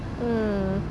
hmm